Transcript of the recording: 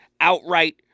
outright